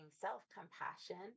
self-compassion